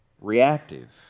reactive